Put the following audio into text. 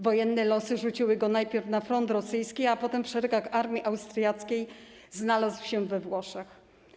Wojenne losy rzuciły go najpierw na front rosyjski, a potem w szeregach armii austriackiej znalazł się we Włoszech.